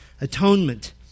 Atonement